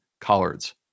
collards